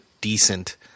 decent